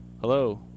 Hello